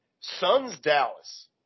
Suns-Dallas